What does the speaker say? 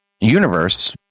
universe